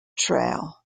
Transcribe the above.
trail